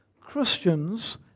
Christians